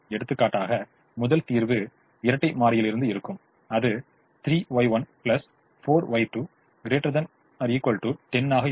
எடுத்துக்காட்டாக முதல் தீர்வு இரட்டை மாறியிலிருந்து இருக்கும் அது 3Y1 4Y2 ≥ 10 ஆக இருக்கும்